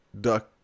duck